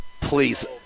Please